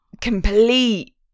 complete